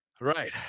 right